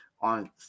on